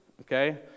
Okay